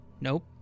Nope